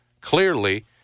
clearly